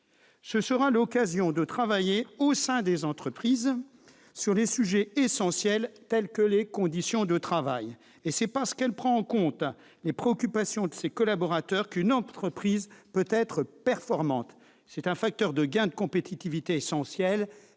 Ce sera l'occasion de travailler au sein des entreprises sur les sujets essentiels, tels que les conditions de travail. C'est parce qu'elle prend en compte les préoccupations de ses collaborateurs qu'une entreprise peut être performante. C'est un facteur de gain de compétitivité essentiel